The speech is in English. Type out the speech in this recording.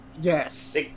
Yes